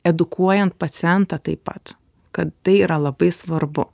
edukuojant pacientą taip pat kad tai yra labai svarbu